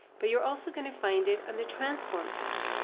but you're also going to find it on the transform tab.